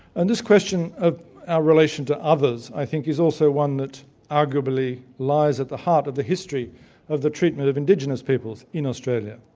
and this question of our relation to others, i think, is also one that arguably lies at the heart of the history of the treatment of indigenous peoples in australia.